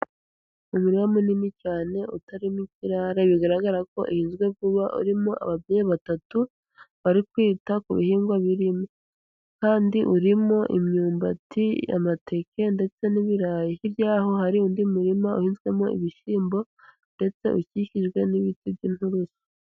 Umurima munini cyane utarimo ikirare bigaragara ko uhinzwe vuba urimo ababyeyi batatu bari kwita ku bihingwa birimo. Kandi urimo imyumbati, amateke, ndetse n'ibirayi. Hirya y'aho hari undi murima uhinzwemo ibishyimbo ndetse ukikijwe n'ibiti by'impuruza.